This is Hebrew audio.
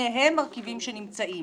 שניהם מרכיבים שנמצאים.